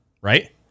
Right